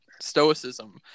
stoicism